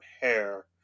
hair